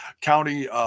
county